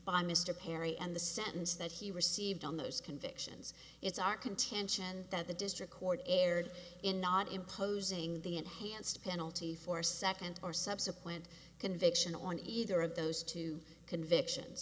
by mr perry and the sentence that he received on those convictions it's our contention that the district court erred in not imposing the enhanced penalty for second or subsequent conviction on either of those two convictions